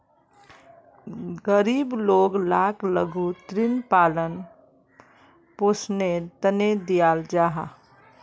गरीब लोग लाक लघु ऋण पालन पोषनेर तने दियाल जाहा